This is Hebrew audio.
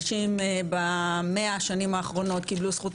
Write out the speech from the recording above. נשים ב-100 השנים האחרונות קיבלו זכות